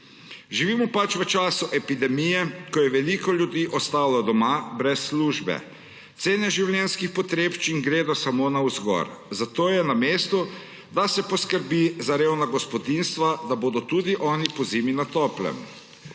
Živimo pač v času epidemije, ko je veliko ljudi ostalo doma brez službe. Cene življenjskih potrebščin gredo samo navzgor, zato je na mestu, da se poskrbi za revna gospodinjstva, da bodo tudi oni pozimi na toplem.